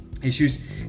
Issues